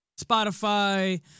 Spotify